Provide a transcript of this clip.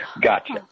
Gotcha